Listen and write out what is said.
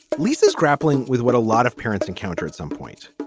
but lisa's grappling with what a lot of parents encounter at some point.